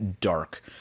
dark